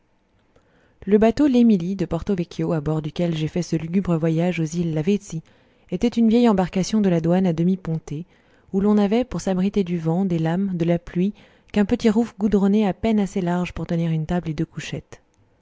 le bateau l émilie de porto vecchio à bord duquel j'ai fait ce lugubre voyage aux îles lavezzi était une vieille embarcation de la douane à demi pontée où l'on n'avait pour s'abriter du vent des lames de la pluie qu'un petit rouf goudronné à peine assez large pour tenir une table et deux couchettes